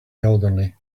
elderly